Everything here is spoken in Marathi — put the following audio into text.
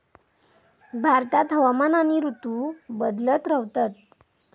भारतात हवामान आणि ऋतू बदलत रव्हतत